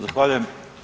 Zahvaljujem.